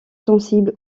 sensibles